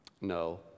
No